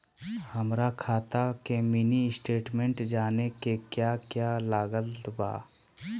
हमरा खाता के मिनी स्टेटमेंट जानने के क्या क्या लागत बा?